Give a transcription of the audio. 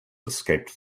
escaped